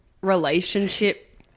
relationship